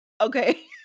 Okay